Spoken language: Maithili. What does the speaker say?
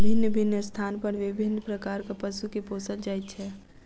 भिन्न भिन्न स्थान पर विभिन्न प्रकारक पशु के पोसल जाइत छै